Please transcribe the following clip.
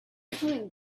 coming